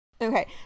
okay